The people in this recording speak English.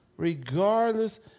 Regardless